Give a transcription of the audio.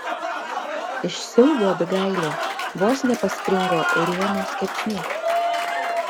iš siaubo abigailė vos nepaspringo ėrienos kepsniu